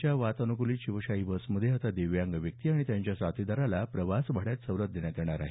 च्या वातानुकूलीत शिवशाही बसेसमध्ये आता दिव्यांग व्यक्ती आणि त्यांच्या साथीदाराला प्रवासभाड्यात सवलत देण्यात येणार आहे